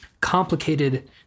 complicated